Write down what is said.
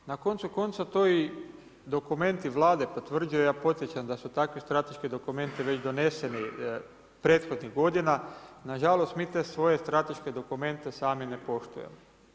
Na koncu, konca, to je i dokument Vlade potvrđuje, ja podsjećam da su takvi strateški dokumenti već doneseni prethodnih godina, na žalost mi te svoje strateške dokumente sami ne poštujemo.